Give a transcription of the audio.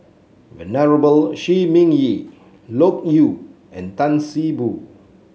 Venerable Shi Ming Yi Loke Yew and Tan See Boo